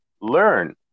learn